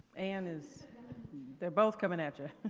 anne is they're both coming at you.